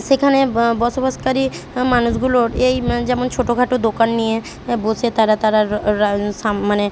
সেখানে বসবাসকারী মানুষগুলোর এই যেমন ছোটোখাটো দোকান নিয়ে বসে তারা তারা র্ রা সাম মানে